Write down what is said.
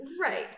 right